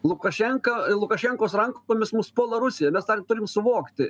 lukašenka lukašenkos rankomis mus puola rusija mes tą turim suvokti